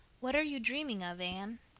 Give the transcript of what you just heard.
what are you dreaming of, anne?